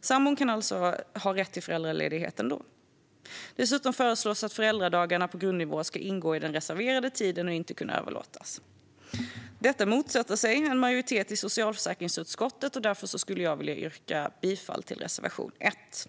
Sambon kan alltså ha rätt till föräldraledighet ändå. Dessutom föreslås att föräldradagarna på grundnivå ska ingå i den reserverade tiden och inte kunna överlåtas. Detta motsätter sig en majoritet i socialförsäkringsutskottet. Därför vill jag yrka bifall till reservation 1.